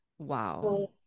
Wow